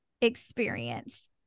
experience